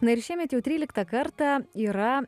na ir šiemet jau tryliktą kartą yra